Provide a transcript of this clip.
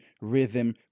rhythm